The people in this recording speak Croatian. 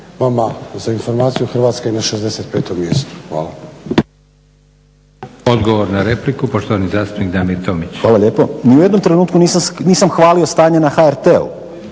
vama za informaciju, Hrvatska je na 65. mjestu. Hvala. **Leko, Josip (SDP)** Odgovor na repliku, poštovani zastupnik Damir Tomić. **Tomić, Damir (SDP)** Hvala lijepo. Ni u jednom trenutku nisam hvalio stanje na HRT-u,